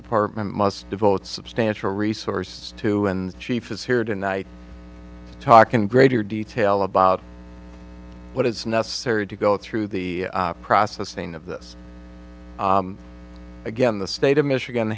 department must devote substantial resources to and chief is here tonight to talk in greater detail about what is necessary to go through the processing of this again the state of michigan